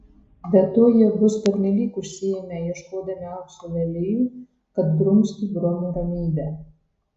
be to jie bus pernelyg užsiėmę ieškodami aukso lelijų kad drumstų bromo ramybę